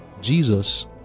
Jesus